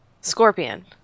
Scorpion